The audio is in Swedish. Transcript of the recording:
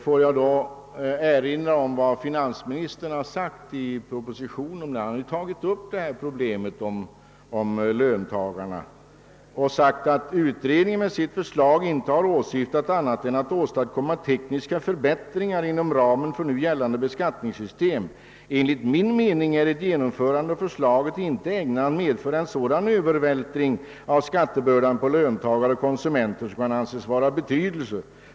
Låt mig erinra om att finansministern i propositionen tagit upp problemet om löntagarna och sagt att »utredningen med sitt förslag inte åsyftat annat än att åstadkomma tekniska förbättringar inom ramen för nu gällande beskattningssystem. Enligt min mening är ett genomförande av förslaget inte ägnat att medföra en sådan övervältring av skattebördan på löntagare och konsumenter som kan anses vara av betydelse.